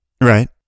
right